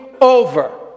over